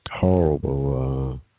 Horrible